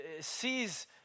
sees